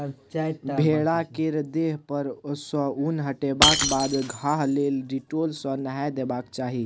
भेड़ा केर देह पर सँ उन हटेबाक बाद घाह लेल डिटोल सँ नहाए देबाक चाही